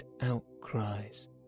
outcries